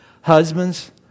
Husbands